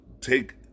take